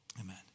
Amen